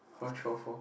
how throw four